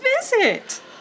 visit